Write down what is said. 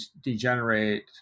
degenerate